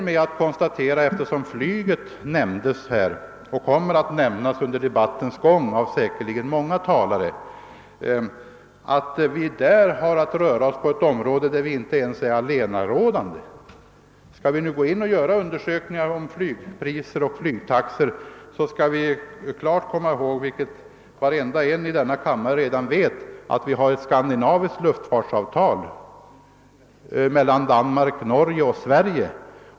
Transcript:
Men eftersom flyget här har nämnts och säkerligen kommer att nämnas av många talare senare i debatten, räcker det med att nämna att vi där rör oss på ett område där vi inte är allenarådande. Om vi skall göra en undersökning rörande flygpriser och flygtaxor, så skall vi komma ihåg vad alla i denna kammare redan vet, att vi har ett skandinaviskt luftfartsavtal mellan Danmark, Norge och Sverige.